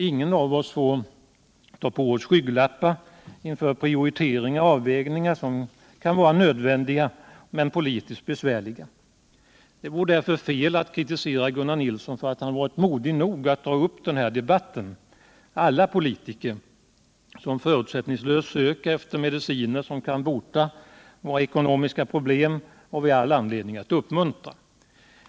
Ingen av oss får ta på skygglappar inför prioriteringar och avvägningar, som kan vara politiskt besvärliga men som är nödvändiga. Det vore därför fel att kritisera Gunnar Nilsson för att han varit modig nog att dra upp den här debatten. Alla politiker som förutsättningslöst söker efter mediciner som kan bota vår ekonomiska sjuka har vi all anledning att uppmuntra.